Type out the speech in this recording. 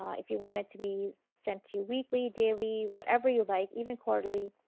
ah if you wanted to be sent to you weekly, daily, whatever you like even quarterly.